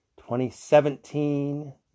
2017